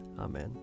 Amen